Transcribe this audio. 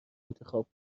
انتخاب